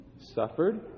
suffered